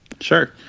Sure